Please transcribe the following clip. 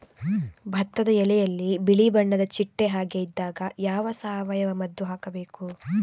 ಭತ್ತದ ಎಲೆಯಲ್ಲಿ ಬಿಳಿ ಬಣ್ಣದ ಚಿಟ್ಟೆ ಹಾಗೆ ಇದ್ದಾಗ ಯಾವ ಸಾವಯವ ಮದ್ದು ಹಾಕಬೇಕು?